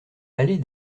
allée